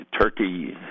Turkey